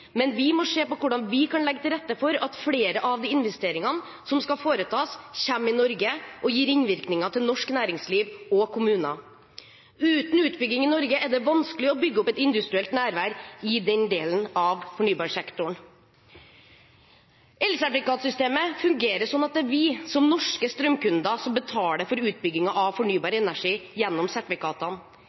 men vi må se på hvordan vi kan legge til rette for at flere av de investeringene som skal foretas, kommer i Norge og gir ringvirkninger til norsk næringsliv og norske kommuner. Uten utbygging i Norge er det vanskelig å bygge opp et industrielt nærvær i den delen av fornybarsektoren. Elsertifikatsystemet fungerer sånn at det er vi som norske strømkunder som betaler for utbyggingen av fornybar energi gjennom sertifikatene.